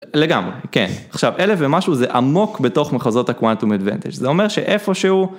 לגמרי, כן, עכשיו אלף ומשהו זה עמוק בתוך מחזות ה-Quantum Advantage, זה אומר שאיפשהו...